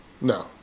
No